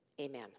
amen